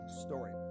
story